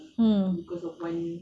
hmm